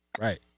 Right